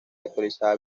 actualizada